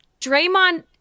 draymond